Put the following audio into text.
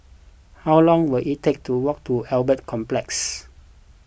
how long will it take to walk to Albert Complex